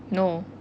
no